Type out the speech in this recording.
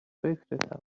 فکرتم